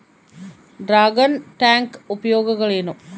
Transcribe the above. Dragon tank ಉಪಯೋಗಗಳೇನು?